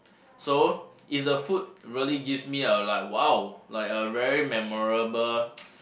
so if the food really gives me a like !wow! like a very memorable